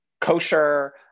kosher